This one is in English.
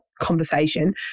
conversation